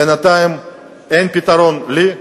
בינתיים אין פתרון לי,